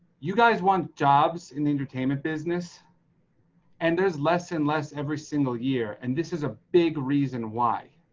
you guys want jobs in the entertainment business and there's less than less every single year. and this is a big reason why.